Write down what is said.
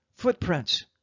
Footprints